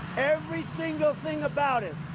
every single thing about it.